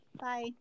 Bye